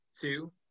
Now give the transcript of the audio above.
two